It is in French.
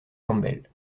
campbell